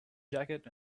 jacket